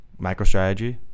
microstrategy